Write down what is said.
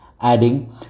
adding